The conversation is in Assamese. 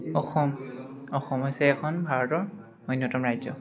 অসম অসম হৈছে এখন ভাৰতৰ অন্যতম ৰাজ্য